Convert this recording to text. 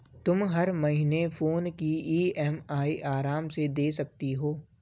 तुम हर महीने फोन की ई.एम.आई आराम से दे सकती हो